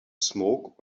smoke